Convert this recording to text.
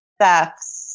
thefts